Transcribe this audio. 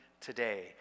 today